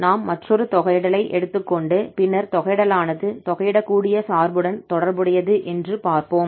நாம் மற்றொரு தொகையிடலை எடுத்துக்கொண்டு பின்னர் தொகையிடலானது தொகையிட கூடிய சார்புடன் தொடர்புடையது என்று பார்ப்போம்